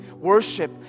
worship